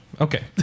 Okay